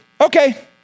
Okay